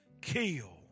kill